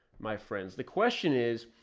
my friends, the question is,